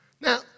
Now